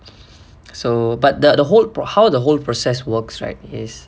so but the the whole how the whole process works right is